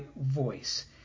voice